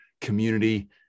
community